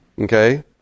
Okay